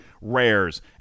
rares